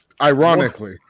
Ironically